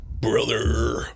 Brother